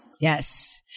Yes